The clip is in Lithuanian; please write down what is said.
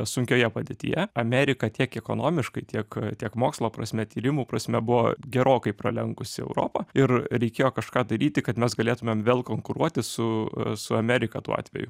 sunkioje padėtyje amerika tiek ekonomiškai tiek tiek mokslo prasme tyrimų prasme buvo gerokai pralenkusi europą ir reikėjo kažką daryti kad mes galėtumėm vėl konkuruoti su su amerika tuo atveju